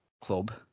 club